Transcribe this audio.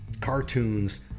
cartoons